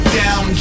down